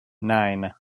nine